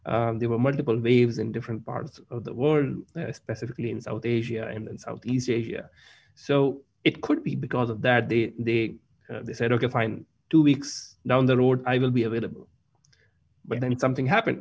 course there were multiple waves in different parts of the world specifically in south asia and southeast asia so it could be because of that they they they said okay fine two weeks down the road i will be available but then something happened